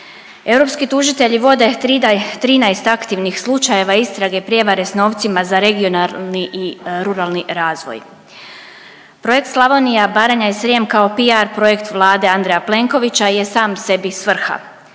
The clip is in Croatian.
Europski tužitelji vode 13 aktivnih slučajeva istrage prijevare s novcima za regionalni i ruralni razvoj. Projekt Slavonija, Baranja i Srijem kao PR projekt Vlade Andreja Plenkovića je sam sebi svrha.